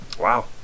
Wow